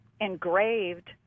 engraved